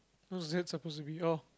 what's that supposed to be of